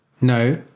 No